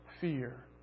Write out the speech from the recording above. fear